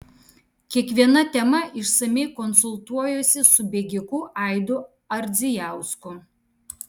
kiekviena tema išsamiai konsultuojuosi su bėgiku aidu ardzijausku